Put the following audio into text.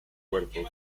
cuerpo